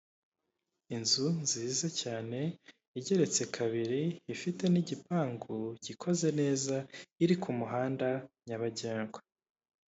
Inzu nziza cyane igereretse kabiri, ifite n'igipangu gikoze neza, iri ku muhanda nyabagendwa.